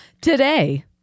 Today